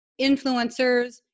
influencers